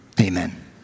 Amen